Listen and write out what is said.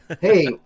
hey